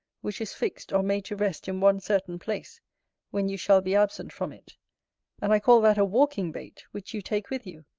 which is fixed or made to rest in one certain place when you shall be absent from it and i call that a walking-bait, which you take with you,